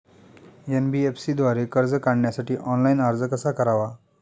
NBFC द्वारे कर्ज काढण्यासाठी ऑनलाइन अर्ज कसा करावा?